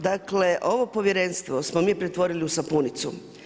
Dakle, ovo povjerenstvo smo mi pretvorili u sapunicu.